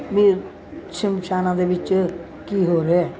ਵੀ ਸ਼ਮਸ਼ਾਨਾਂ ਦੇ ਵਿੱਚ ਕੀ ਹੋ ਰਿਹਾ ਹੈ